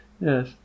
yes